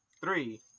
three